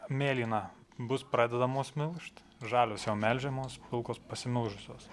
mėlyna bus pradedamos melžt žalios jau melžiamos pilkos pasimelžusios